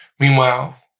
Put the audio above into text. Meanwhile